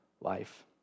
life